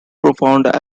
profound